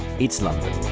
it's london.